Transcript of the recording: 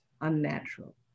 unnatural